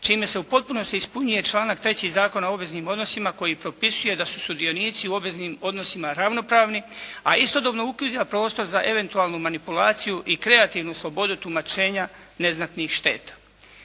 čime se u potpunosti ispunjuje članak 3. Zakona o obveznim odnosima koji propisuje da su sudionici u obveznim odnosima ravnopravni, a istodobno ukida prostor za eventualnu manipulaciju i kreativnu slobodu tumačenja neznatnih šteta.